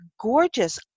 gorgeous